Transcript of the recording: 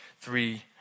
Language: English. three